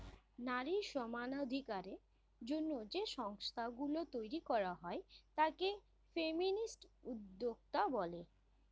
নারী সমানাধিকারের জন্য যে সংস্থা গুলো তৈরী করা হয় তাকে ফেমিনিস্ট উদ্যোক্তা বলে